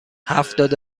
هفتاد